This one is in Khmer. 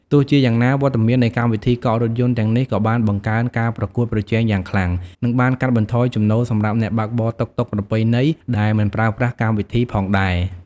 ទោះជាយ៉ាងណា វត្តមាននៃកម្មវិធីកក់រថយន្តទាំងនេះក៏បានបង្កើនការប្រកួតប្រជែងយ៉ាងខ្លាំង និងបានកាត់បន្ថយចំណូលសម្រាប់អ្នកបើកបរតុកតុកប្រពៃណីដែលមិនប្រើប្រាស់កម្មវិធីផងដែរ។